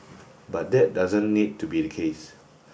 but that doesn't need to be the case